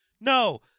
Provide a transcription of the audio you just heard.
No